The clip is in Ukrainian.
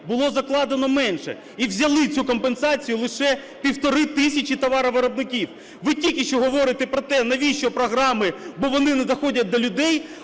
було закладено менше, і взяли цю компенсацію лише півтори тисячі товаровиробників. Ви тільки що говорите про те, навіщо програми, бо вони не доходять до людей,